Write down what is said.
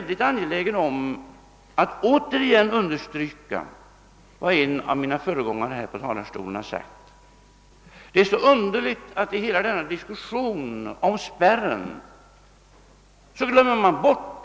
Men jag är angelägen om att återigen understryka vad en tidigare talare i dag har sagt: Det är så underligt att man i hela denna diskussion om spärregeln glömmer bort,